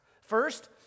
First